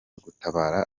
gutabara